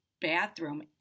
bathroom